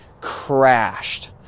crashed